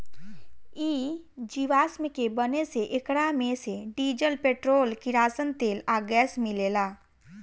इ जीवाश्म के बने से एकरा मे से डीजल, पेट्रोल, किरासन तेल आ गैस मिलेला